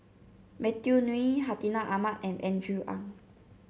Matthew Ngui Hartinah Ahmad and Andrew Ang